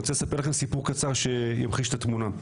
אני רוצה לספר לכם סיפור קצר שימחיש את התמונה,